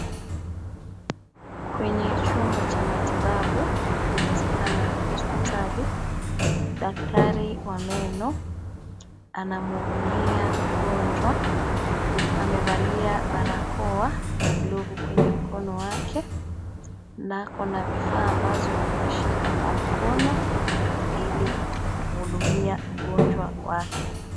Kwenye chumba cha matibabu, inawezekana hospitali. Daktari wa meno, anamhudumia mgonjwa, amevalia barakoa na glovu kwenye mkono wake, na ako na vifaa ambazo ameshika kwa mkono, ili kumhudumia mgonjwa wake.